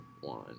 One